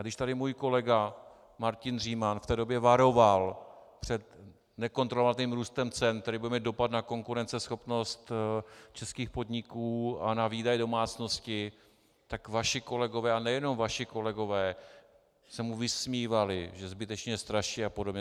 Když tu můj kolega Martin Říman v té době varoval před nekontrolovatelným růstem cen, který bude mít dopad na konkurenceschopnost českých podniků a na výdaje domácností, tak vaši kolegové, a nejen vaši kolegové, se mu vysmívali, že zbytečně straší apod.